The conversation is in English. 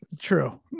true